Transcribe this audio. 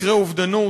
מקרי אובדנות.